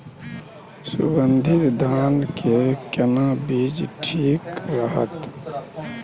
सुगन्धित धान के केना बीज ठीक रहत?